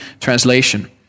translation